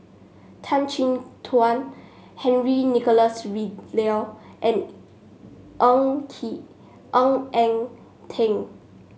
Tan Chin Tuan Henry Nicholas and Ng Ng Eng Teng